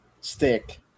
stick